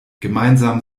gemeinsam